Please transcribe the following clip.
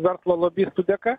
verslo lobistų dėka